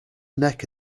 neck